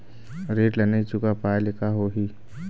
ऋण ला नई चुका पाय ले का होही?